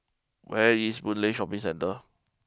where is Boon Lay Shopping Centre